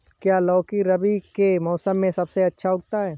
क्या लौकी रबी के मौसम में सबसे अच्छा उगता है?